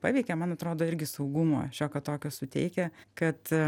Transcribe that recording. paveikė man atrodo irgi saugumo šiokio tokio suteikia kad